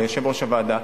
ליושב-ראש הוועדה,